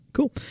Cool